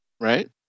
right